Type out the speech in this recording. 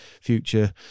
future